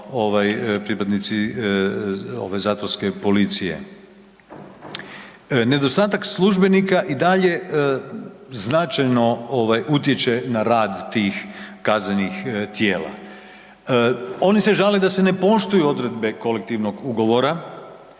pripadnici ove zatvorske policije. Nedostatak službenika i dalje značajno ovaj utječe na rad tih kaznenih tijela. Oni se žale da se ne poštuju odredbe kolektivnog ugovora